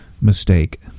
mistake